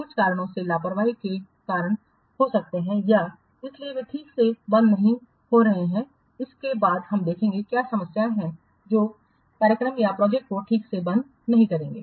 कुछ कारणों से लापरवाही के कारण हो सकते हैं या इसलिए वे ठीक से बंद नहीं हो रहे हैं इन के बाद हम देखेंगे क्या समस्याएं हैं जो कार्यक्रम को ठीक से बंद नहीं करेंगे